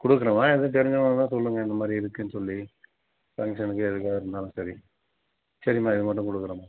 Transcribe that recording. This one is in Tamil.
கொடுக்குறேம்மா எது தெரிஞ்சவங்க இருந்தால் சொல்லுங்கள் இந்த மாதிரி இருக்குதுன்னு சொல்லி ஃபங்க்ஷனுக்கு எதுக்கா இருந்தாலும் சரி சரிம்மா இது மட்டும் கொடுக்குறமா